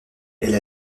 elle